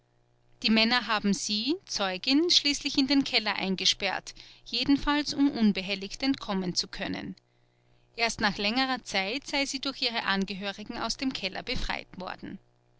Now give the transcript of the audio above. die männer haben sie zeugin schließlich in den keller eingesperrt jedenfalls um unbehelligt entkommen zu können erst nach längerer zeit sei sie durch ihre angehörigen aus dem keller befreit worden